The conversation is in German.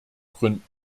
gründen